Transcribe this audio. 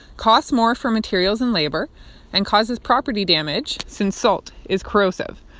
costs more for materials and labor and causes property damage since salt is corrosive.